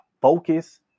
focus